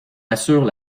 assurent